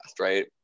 right